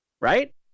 right